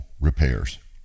repairs